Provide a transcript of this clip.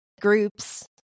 groups